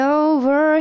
over